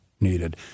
needed